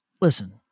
listen